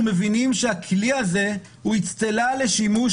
אנחנו מבינים שהכלי הזה הוא אצטלה לשימוש